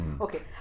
Okay